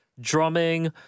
drumming